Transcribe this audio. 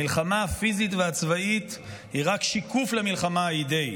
המלחמה הפיזית והצבאית היא רק שיקוף של המלחמה האידאית,